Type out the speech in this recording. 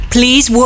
Please